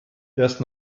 erst